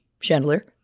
chandelier